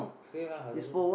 say lah